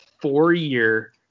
four-year